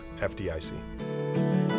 FDIC